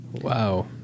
Wow